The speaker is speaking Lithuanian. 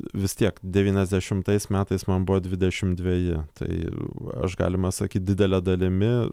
vis tiek devyniasdešimais metais man buvo dvidešim dveji tai aš galima sakyt didele dalimi